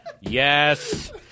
Yes